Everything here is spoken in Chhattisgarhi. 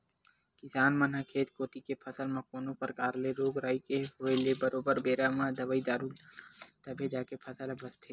किसान मन ह खेत कोती के फसल म कोनो परकार ले रोग राई के होय ले बरोबर बेरा म दवई दारू ल डालथे तभे जाके फसल ह बचथे